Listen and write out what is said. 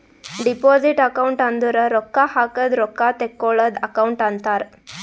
deposit account ಅಂದುರ್ ರೊಕ್ಕಾ ಹಾಕದ್ ರೊಕ್ಕಾ ತೇಕ್ಕೋಳದ್ ಅಕೌಂಟ್ ಅಂತಾರ್